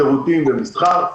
שירותים ומסחר,